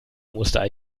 osterei